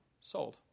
sold